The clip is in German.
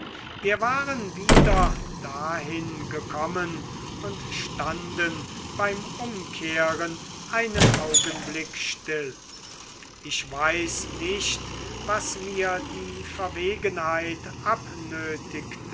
wir waren wieder dahin gekommen und standen beim umkehren einen augenblick still ich weiß nicht was mir die verwegenheit